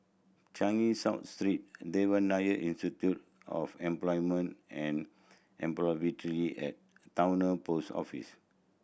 Changi South Street Devan Nair Institute of Employment and Employability and Towner Post Office